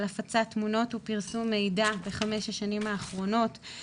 הפצת תמונות ופרסום מידע בחמש השנים האחרונות.